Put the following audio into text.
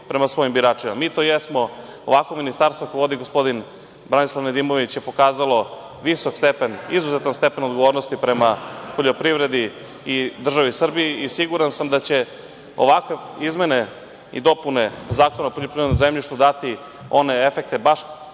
Mi to jesmo. Ovakvo ministarstvo koje vodi gospodin Branislav Nedimović je pokazalo visok stepen, izuzetan stepen odgovornosti prema poljoprivredi i državi Srbiji i siguran sam da će ovakve izmene i dopune Zakona o poljoprivrednom zemljištu dati one efekete kakvi